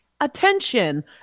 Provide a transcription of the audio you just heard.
Attention